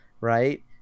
Right